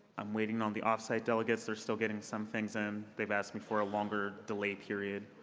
i'm waiting on the off-site delegates. they're still getting some things in. they've asked me for a longer delay period.